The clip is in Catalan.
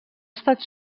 estat